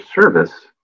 service